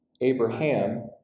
Abraham